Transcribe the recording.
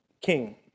king